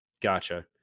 Gotcha